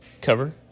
cover